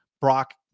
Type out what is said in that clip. Brock